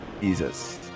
Jesus